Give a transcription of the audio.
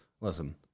listen